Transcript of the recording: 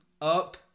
up